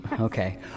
Okay